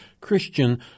Christian